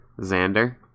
Xander